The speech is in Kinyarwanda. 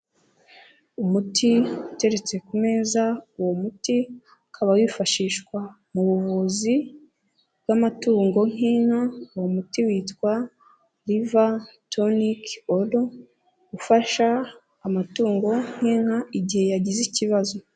Umuti uteretse ku meza, uwo muti ukaba wifashishwa mu buvuzi bw'amatungo nk'inka, uwo muti witwa liva tonicol, ufasha amatungo nk'inka igihe yagize ikibazo.